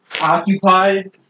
occupied